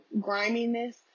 griminess